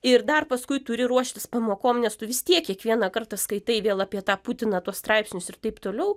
ir dar paskui turi ruoštis pamokom nes tu vis tiek kiekvieną kartą skaitai vėl apie tą putiną tuos straipsnius ir taip toliau